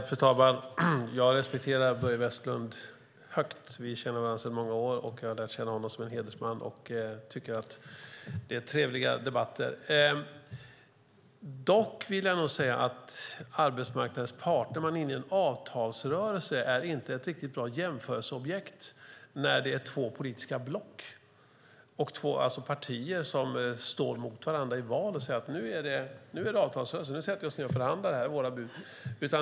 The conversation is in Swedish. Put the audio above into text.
Fru talman! Jag respekterar Börje Vestlund högt. Vi känner varandra sedan många år. Jag har lärt känna honom som en hedersman och tycker att vi har trevliga debatter. Dock vill jag nog säga att en avtalsrörelse med arbetsmarknadens parter inte är en riktigt bra jämförelse med två politiska block och partier som står mot varandra i val. Man kan inte säga nu är det avtalsrörelse, nu sätter vi oss ned och förhandlar om våra bud.